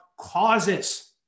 causes